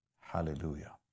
Hallelujah